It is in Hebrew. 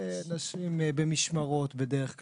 אלה אנשים במשמרות בדרך כלל,